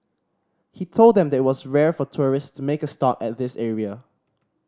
he told them that it was rare for tourist to make a stop at this area